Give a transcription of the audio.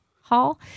hall